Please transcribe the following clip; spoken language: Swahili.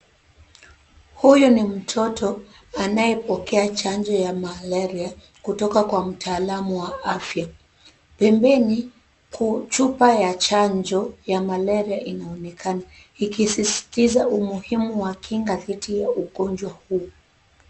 Huyu ni mtoto anayepokea chanjo ya malaria kutoka kwa mtaalamu wa afya, pembeni chupa ya chanjo ya malaria inaonekana ikisisitiza umuhimu wa kinga dhidi ya ugonjwa huu.